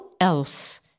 else